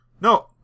no